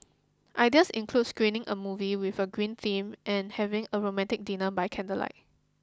ideas include screening a movie with a green theme and having a romantic dinner by candlelight